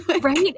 Right